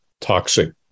toxic